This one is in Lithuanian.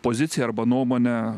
poziciją arba nuomonę